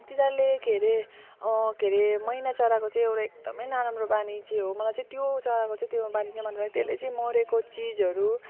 तिनीहरूले के अरे के अरे मैना चराको चाहिँ एउटा एकदमै नराम्रो बानी चाहिँ हो मलाई चाहिँ त्यो चराको त्यो बानी चाहिँ त्यसले चाहिँ मरेको चिजहरू